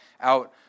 out